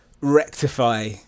rectify